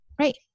right